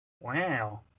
wow